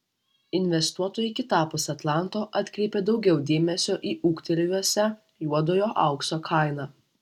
investuotojai kitapus atlanto atkreipė daugiau dėmesio į ūgtelėjusią juodojo aukso kainą